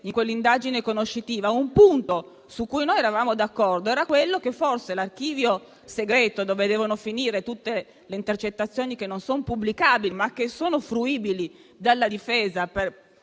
in quell'indagine conoscitiva, un punto su cui noi eravamo d'accordo riguardava l'archivio segreto in cui devono finire tutte le intercettazioni che non sono pubblicabili, ma sono fruibili dalla difesa per